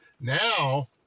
Now